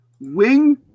Wing